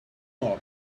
not